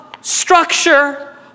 structure